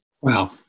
Wow